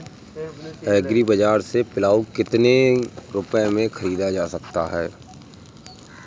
Agree बाजार से पिलाऊ कितनी रुपये में ख़रीदा जा सकता है?